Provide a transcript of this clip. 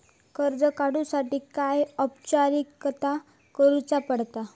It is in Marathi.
कर्ज काडुच्यासाठी काय औपचारिकता करुचा पडता?